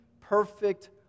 perfect